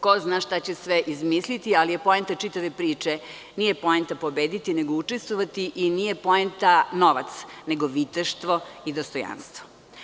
Ko zna šta će sve izmisliti, ali je poenta čitave priče da nije poenta pobediti nego učestvovati i nije poenta novac nego viteštvo i dostojanstvo.